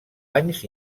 anys